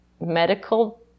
medical